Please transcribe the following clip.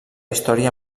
història